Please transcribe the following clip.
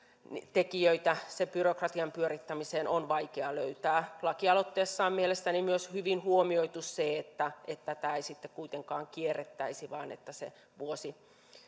tekijöitä sen byrokratian pyörittämiseen on vaikea löytää lakialoitteessa on mielestäni myös hyvin huomioitu se että tätä ei sitten kuitenkaan kierrettäisi vaan että se